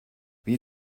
wie